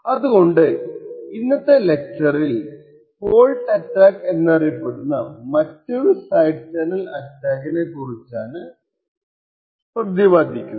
അതുകൊണ്ട് ഇന്നത്തെ ലെക്ചർറിൽ ഫോൾട്ട് അറ്റാക്ക് എന്നറിയപ്പെടുന്ന മറ്റൊരു സൈഡ് ചാനൽ അറ്റാക്കിനെ കുറിച്ചാണ് പ്രതിപാദിക്കുന്നത്